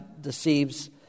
deceives